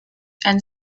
and